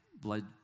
blood